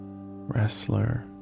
wrestler